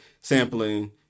sampling